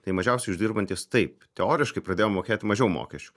tai mažiausiai uždirbantys taip teoriškai pradėjo mokėti mažiau mokesčių